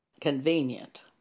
convenient